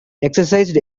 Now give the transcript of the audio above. exercised